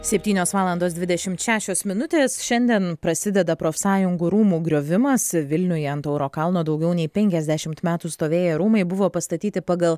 septynios valandos dvidešimt šešios minutės šiandien prasideda profsąjungų rūmų griovimas vilniuje ant tauro kalno daugiau nei penkiasdešimt metų stovėję rūmai buvo pastatyti pagal